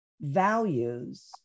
values